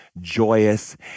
joyous